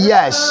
Yes